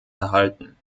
erhalten